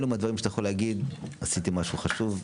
אלה הדברים שאתה יכול להגיד עשיתי משהו חשוב.